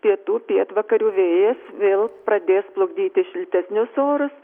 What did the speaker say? pietų pietvakarių vėjas vėl pradės plukdyti šiltesnius orus